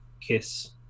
Kiss